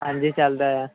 ਹਾਂਜੀ ਚਲਦਾ ਹੈ